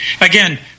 Again